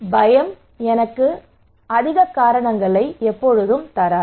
பயம் எனக்கு அதிக காரணத்தைத் தராது